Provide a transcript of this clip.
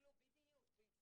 ויסתכלו על זה,